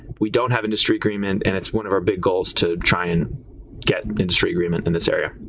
we don't have industry agreement and it's one of our big goals to try and get industry agreement in this area.